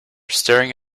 staring